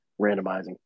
randomizing